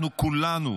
אנחנו כולנו